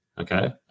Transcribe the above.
okay